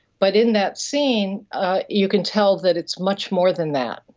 but in that scene you can tell that it's much more than that.